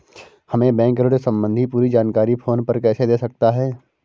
हमें बैंक ऋण संबंधी पूरी जानकारी फोन पर कैसे दे सकता है?